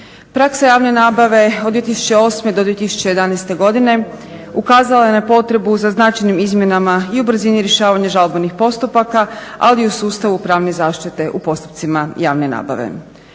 Praksa javne nabave od 2008. do 2011. godine ukazala je na potrebu za značajnim izmjenama i u brzini rješavanja žalbenih postupaka, ali i u sustavu pravne zaštite u postupcima javne nabave.